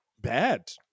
bad